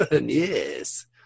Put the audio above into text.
yes